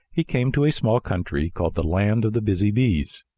he came to a small country called the land of the busy bees.